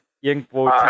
irgendwo